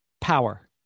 Power